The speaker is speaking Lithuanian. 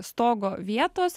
stogo vietos